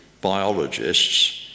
biologists